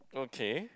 okay